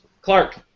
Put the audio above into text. Clark